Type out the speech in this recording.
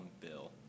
Bill